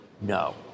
No